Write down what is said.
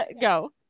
go